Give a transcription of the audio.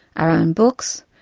our own books,